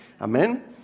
Amen